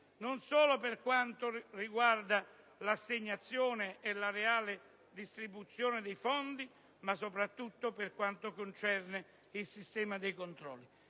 non solo per quanto riguarda l'assegnazione e la reale distribuzione dei fondi, ma soprattutto per quanto concerne il sistema dei controlli.